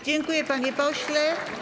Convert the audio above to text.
Dziękuję, panie pośle.